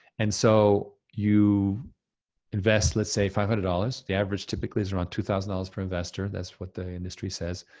and so you invest, let's say five hundred dollars. the average typically is around two thousand dollars per investor, that's what the industry says.